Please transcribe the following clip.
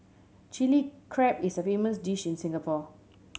Chilli Crab is a famous dish in Singapore